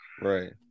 Right